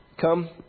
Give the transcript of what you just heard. Come